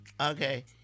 okay